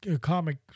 comic